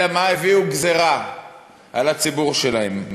אלא מה, הביאו גזירה על הציבור שלהם.